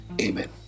Amen